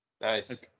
Nice